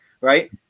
Right